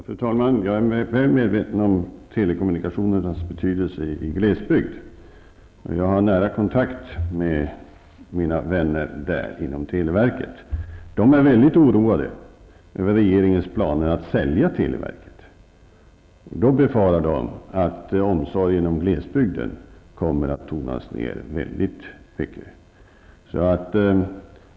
Fru talman! Jag är väl medveten om telekommunikationernas betydelse i glesbygd. Jag har nära kontakt med mina vänner i televerket. De är mycket oroade över regeringens planer på att sälja televerket. De befarar att omsorgen om glesbygden kommer att tonas ned mycket.